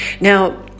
Now